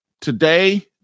today